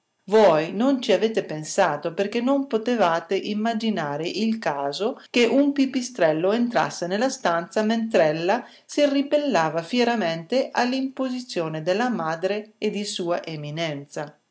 voi non ci avete pensato perché non potevate immaginare il caso che un pipistrello entrasse nella stanza mentr'ella si ribellava fieramente all'imposizione della madre e di sua eminenza